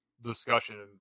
discussion